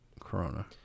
Corona